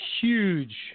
huge